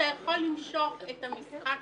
אתה יכול למשוך את המשחק